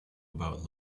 about